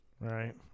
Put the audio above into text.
Right